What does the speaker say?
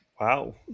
Wow